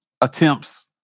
attempts